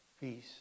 peace